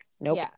Nope